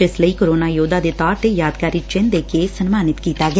ਜਿਸ ਲਈ ਕੋਰੋਨਾ ਯੋਧਾ ਦੇ ਤੌਰ ਤੇ ਯਾਦਗਾਰੀ ਚਿੰਨੂ ਦੇ ਕੇ ਸਨਮਾਨਿਤ ਕੀਤਾ ਗਿਆ